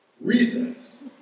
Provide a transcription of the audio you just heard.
recess